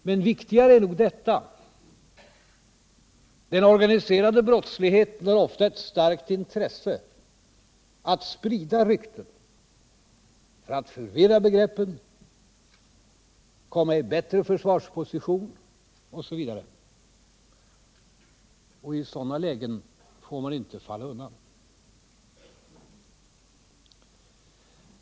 Men viktigare än detta är att den organiserade brottsligheten ofta har ett starkt intresse av att sprida rykten för att förvirra begreppen, komma i bättre försvarsposition osv. I sådana lägen får man inte falla undan.